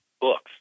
books